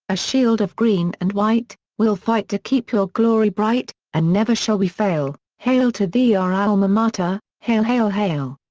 a shield of green and white, we'll fight to keep your glory bright, and never shall we fail, hail to thee our alma mater, hail hail hail!